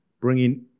bringing